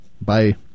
bye